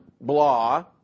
blah